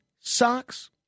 socks